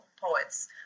poets